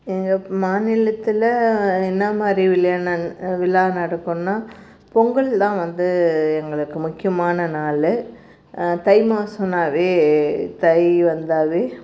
எங்கள் மாநிலத்தில் என்ன மாதிரி விழா ந விழா நடக்கும்னா பொங்கல் தான் வந்து எங்களுக்கு முக்கியமான நாள் தை மாசம்னாவே தை வந்தாவே